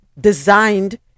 designed